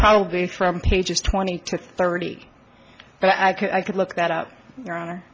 probably trump ages twenty to thirty but i could i could look that up in your honor